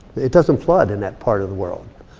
it doesn't flood in that part of the world.